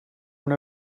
una